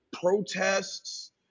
protests